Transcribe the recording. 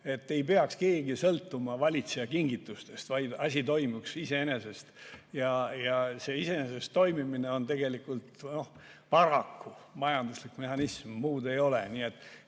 ei peaks sõltuma valitseja kingitustest, vaid et asi toimiks iseenesest. See iseenesest toimimine on aga paraku majanduslik mehhanism, muud ei ole. Nii et